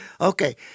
Okay